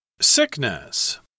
sickness